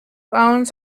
owns